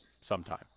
sometime